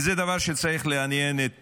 וזה דבר שצריך לעניין את כולנו,